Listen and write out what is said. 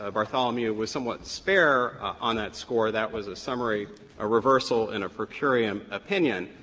ah bartholomew was somewhat spare on that score. that was a summary ah reversal and a per curiam opinion.